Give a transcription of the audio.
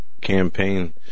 campaign